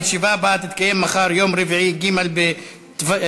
הישיבה הבאה תתקיים מחר, יום רביעי, ג' בטבת